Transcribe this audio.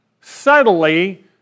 subtly